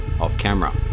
off-camera